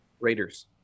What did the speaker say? Raiders